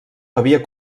havia